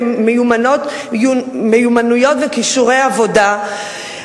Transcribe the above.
במיומנויות ובכישורי עבודה,